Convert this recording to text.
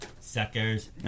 Suckers